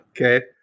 Okay